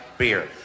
beer